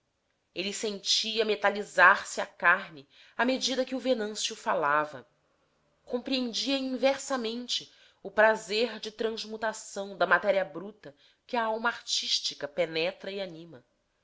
ele sentia metalizar se a carne à medida que o venâncio falava compreendia inversamente o prazer de transmutação da matéria bruta que a alma artística penetra e anima